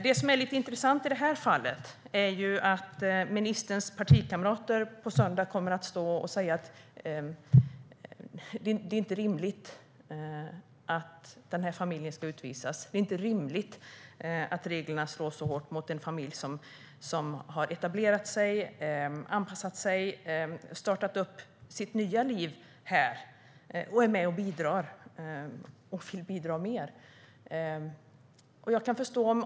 Det är intressant att ministerns partikamrater på söndag kommer att stå och säga att det inte är rimligt att familjen ska utvisas, att det inte är rimligt att reglerna slår så hårt mot en familj som har etablerat sig, som har anpassat sig, som har startat sitt nya liv här, som är med och bidrar och som vill bidra mer.